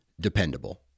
dependable